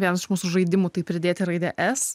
vienas mūsų žaidimų tai pridėti raidę s